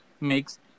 makes